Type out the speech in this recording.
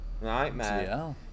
Nightmare